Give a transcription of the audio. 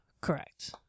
Correct